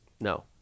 No